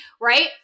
right